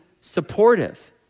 supportive